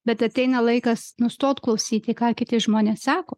bet ateina laikas nustot klausyti ką kiti žmonės sako